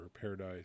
paradise